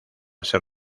ser